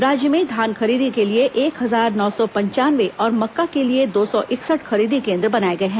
राज्य में धान खरीदी के लिए एक हजार नौ सौ पंचानवे और मक्का के लिए दो सौ इकसठ खरीदी केंद्र बनाए गए हैं